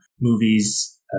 movies